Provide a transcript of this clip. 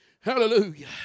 Hallelujah